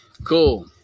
Cool